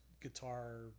guitar